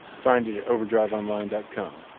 find it at overdriveonline dot com.